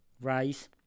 rice